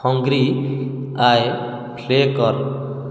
hungry ଆଏ play କର